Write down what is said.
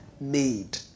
made